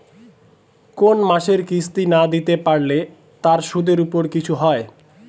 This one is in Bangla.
কোন মাসের কিস্তি না দিতে পারলে তার সুদের উপর কিছু হয়?